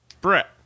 brett